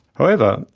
however,